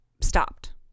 stopped